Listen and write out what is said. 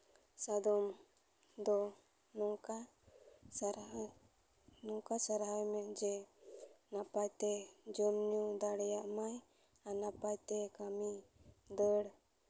ᱥᱟᱫᱚᱢ ᱫᱚ ᱱᱚᱝᱠᱟ ᱥᱟᱨᱦᱟᱣ ᱱᱚᱝᱠᱟ ᱥᱟᱨᱦᱟᱣ ᱮᱢᱮ ᱡᱮ ᱱᱟᱯᱟᱭ ᱛᱮ ᱡᱚᱢᱼᱧᱩ ᱫᱟᱲᱮᱭᱟᱜ ᱢᱟᱭ ᱟᱨ ᱱᱟᱯᱟᱭ ᱛᱮ ᱠᱟᱹᱢᱤ ᱫᱟᱹᱲ